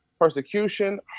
persecution